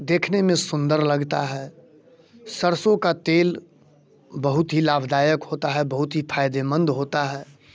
देखने में सुंदर लगता है सरसों का तेल बहुत ही लाभदायक होता है बहुत ही फ़ायदेमंद होता है